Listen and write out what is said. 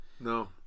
No